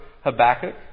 Habakkuk